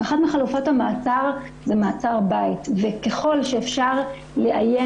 אחת מחלופות המעצר זה מעצר בית וככל שאפשר לאיין